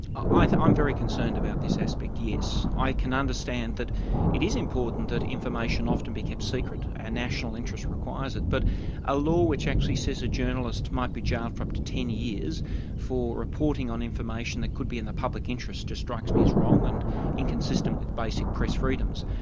um very concerned about this aspect, yes. i can understand that it is important that information often be kept secret. our national interest requires it. but a law which actually says a journalist might be jailed for up to ten years for reporting on information that could be in the public interest just strikes me as wrong and inconsistent with basic press freedoms.